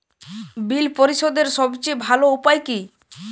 বিল পরিশোধের সবচেয়ে ভালো উপায় কী?